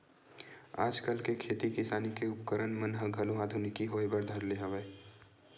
आजकल के खेती किसानी के उपकरन मन ह घलो आधुनिकी होय बर धर ले हवय